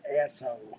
asshole